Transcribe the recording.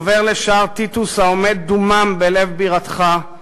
עובר לשער טיטוס העומד דומם בלב בירתך,